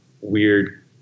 weird